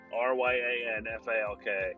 R-Y-A-N-F-A-L-K